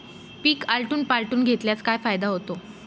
पीक आलटून पालटून घेतल्यास काय फायदा होतो?